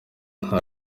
nta